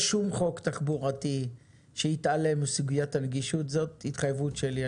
שום חוק תחבורתי שיתעלם מסוגית הנגישות זאת התחייבות שלי.